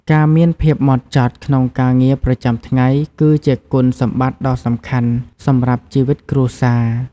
ការមានភាពហ្មត់ចត់ក្នុងការងារប្រចាំថ្ងៃ គឺជាគុណសម្បត្តិដ៏សំខាន់សម្រាប់ជីវិតគ្រួសារ។